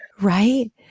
Right